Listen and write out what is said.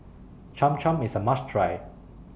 Cham Cham IS A must Try